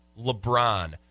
LeBron